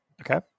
Okay